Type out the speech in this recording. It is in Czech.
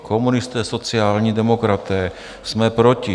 Komunisté, sociální demokraté: Jsme proti.